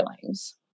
feelings